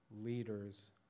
leaders